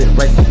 right